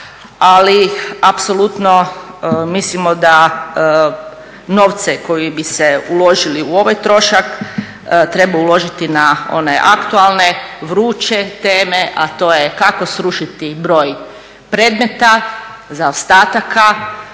ali apsolutno mislimo da novce koji bi se uložili u ovaj trošak treba uložiti na one aktualne, vreće teme, a to je kako srušiti broj predmeta, zaostataka,